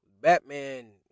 Batman